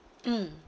mm